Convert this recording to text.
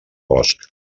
bosc